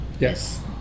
Yes